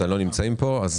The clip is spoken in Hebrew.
על